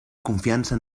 confiança